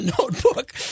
Notebook